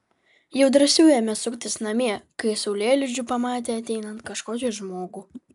jau drąsiau ėmė suktis namie kai saulėlydžiu pamatė ateinant kažkokį žmogų